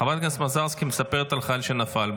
חברת הכנסת מזרסקי מספרת על חייל שנפל.